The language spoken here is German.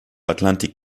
atlantik